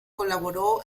colaboró